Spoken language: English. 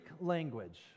language